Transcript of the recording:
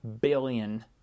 billion